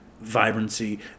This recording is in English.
vibrancy